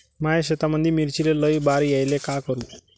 माया शेतामंदी मिर्चीले लई बार यायले का करू?